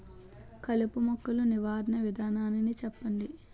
కలుపు మొక్కలు నివారణ విధానాన్ని చెప్పండి?